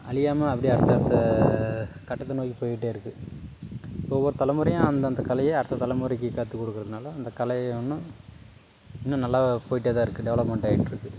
அழியாமல் அப்படியே அந்தந்தக் கட்டத்தை நோக்கி போயிட்டே இருக்குது இப்போது ஒவ்வொரு தலைமுறையும் அந்தந்தக் கலையை அடுத்தடுத்த தலைமுறைக்குக் கற்றுக் கொடுக்குறதுனால அந்தக் கலைவண்ணம் இன்னும் நல்லா போயிட்டே தான் இருக்குது டெவலப்மெண்ட் ஆகிட்டுருக்கு